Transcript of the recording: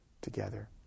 together